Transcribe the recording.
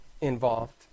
involved